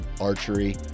Archery